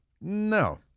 no